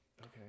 Okay